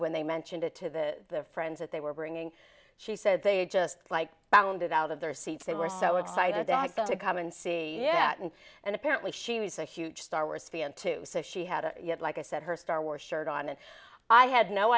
when they mentioned it to the friends that they were bringing she said they just like bounded out of their seats they were so excited to come and see that and and apparently she was a huge star wars fan too so she had a you had like i said her star wars shirt on and i had no